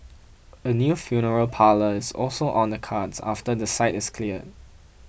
a new funeral parlour is also on the cards after the site is cleared